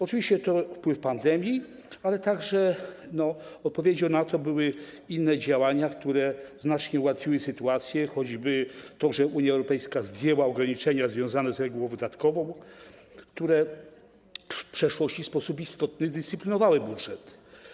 Oczywiście to wpływ pandemii, ale odpowiedzią na to były także inne działania, które znacznie ułatwiły sytuację, choćby to, że Unia Europejska zdjęła ograniczenia związane z regułą wydatkową, które w przeszłości w sposób istotny dyscyplinowały budżet.